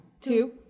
two